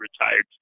retired